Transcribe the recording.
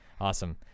awesome